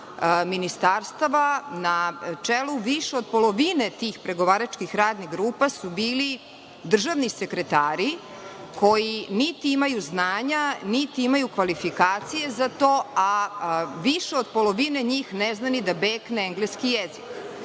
ministarstava na čelu više od polovine pregovaračkih radnih grupa su bili državni sekretari, koji niti imaju znanja, niti imaju kvalifikacije za to, a više od polovine njih ne zna ni da bekne engleski jezik. To